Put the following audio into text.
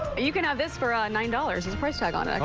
you can have this for ah and nine dollars. there's a price tag on